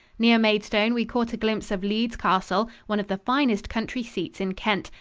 near maidstone we caught a glimpse of leeds castle, one of the finest country seats in kent,